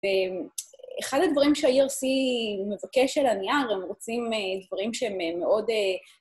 ואחד הדברים שהאי.אר.סי מבקש על הנייר, הם רוצים דברים שהם מאוד...